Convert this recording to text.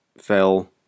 fell